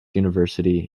university